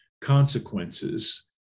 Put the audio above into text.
consequences